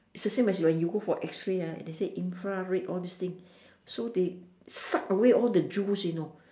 it's the same as when you go for X-ray ah and they say infrared all these thing so they suck away all the juice you know